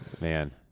man